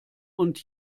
und